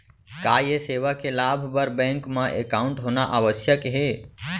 का ये सेवा के लाभ बर बैंक मा एकाउंट होना आवश्यक हे